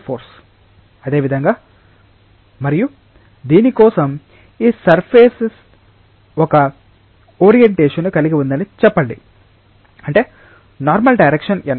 అదేవిధంగా మరియు దీని కోసం ఈ సర్ఫేస్ ఒక ఓరియంటేషన్ ను కలిగి ఉందని చెప్పండి అంటే నార్మల్ డైరెక్షన్ n